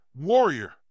Warrior